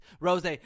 Rose